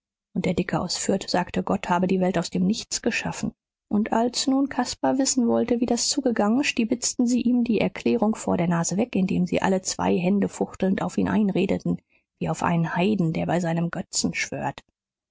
und der dicke aus fürth sagte gott habe die welt aus dem nichts geschaffen und als nun caspar wissen wollte wie das zugegangen stibitzten sie ihm die erklärung vor der nase weg indem sie alle zwei händefuchtelnd auf ihn einredeten wie auf einen heiden der bei seinem götzen schwört